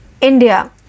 India